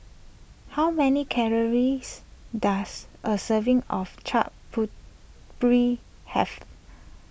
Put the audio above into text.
how many calories does a serving of Chaat Papri have